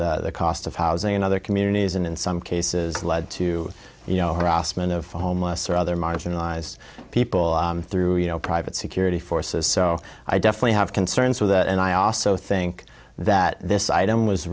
the cost of housing in other communities and in some cases lead to you know harassment of homeless or other marginalized people through you know private security forces so i definitely have concerns with that and i also think that this item was